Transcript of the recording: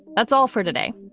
that's all for today.